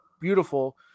beautiful